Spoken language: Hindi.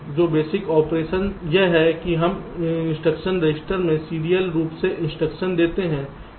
तो बेसिक ऑपरेशन यह है कि हम इंस्ट्रक्शन रजिस्टर में सीरियल रूप से इंस्ट्रक्शन देते हैं